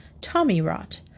tommy-rot